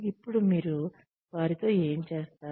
ఇప్పుడు మీరు వారితో ఏమి చేస్తారు